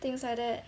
thing like that